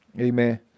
Amen